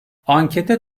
ankete